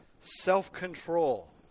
self-control